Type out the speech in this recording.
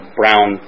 brown